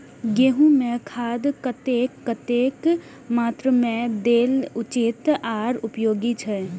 गेंहू में खाद कतेक कतेक मात्रा में देल उचित आर उपयोगी छै?